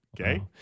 Okay